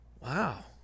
Wow